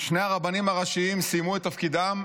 שני הרבנים הראשיים סיימו את תפקידם.